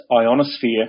ionosphere